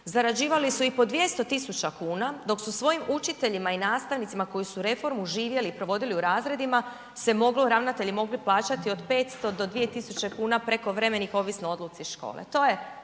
zarađivali su i po 200.000,00 kn, dok su svojim učiteljima i nastavnicima koji su reformu živjeli i provodili u razredima se moglo ravnatelji mogli plaćati od 500 do 2.000,00 kn prekovremenih ovisno o odluci škole,